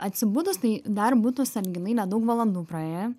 atsibudus tai dar būtų sąlyginai nedaug valandų praėję